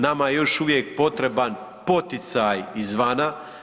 Nama je još uvijek potreban poticaj izvana.